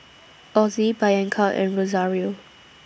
Ozie Bianca and Rosario